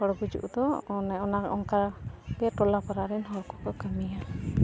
ᱦᱚᱲ ᱜᱩᱡᱩᱜ ᱫᱚ ᱚᱱᱮ ᱚᱱᱟ ᱚᱱᱠᱟᱜᱮ ᱴᱚᱞᱟ ᱯᱟᱲᱟ ᱨᱮᱱ ᱦᱚᱲ ᱠᱚᱠᱚ ᱠᱟᱹᱢᱤᱭᱟ